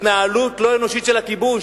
התנהלות לא אנושית של הכיבוש,